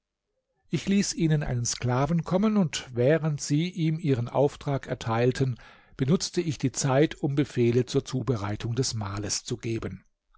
ich ließ ihnen einen sklaven kommen und während sie ihm ihren auftrag erteilten benutzte ich die zeit um befehle zur zubereitung des mahles zu geben